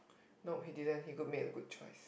nope he didn't he go make a good choice